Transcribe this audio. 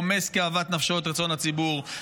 חומס כאוות נפשו את רצון הציבור,